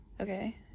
Okay